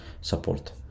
support